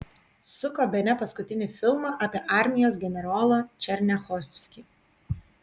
suko bene paskutinį filmą apie armijos generolą černiachovskį